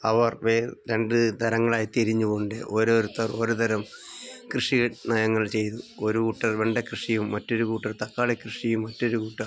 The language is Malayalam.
അവർ രണ്ടു തരങ്ങളായി തിരിഞ്ഞുകൊണ്ട് ഓരോരുത്തർ ഓരോ തരം കൃഷി നയങ്ങൾ ചെയ്തു ഒരു കൂട്ടർ വെണ്ട കൃഷിയും മറ്റൊരു കൂട്ടർ തക്കാളി കൃഷിയും മറ്റൊരു കൂട്ടര്